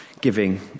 giving